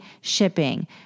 shipping